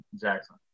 jackson